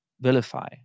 vilify